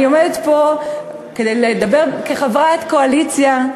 אני עומדת פה כדי לדבר כחברת הקואליציה,